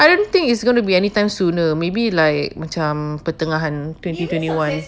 I don't think it's gonna be anytime soon ah maybe like macam pertengahan twenty twenty one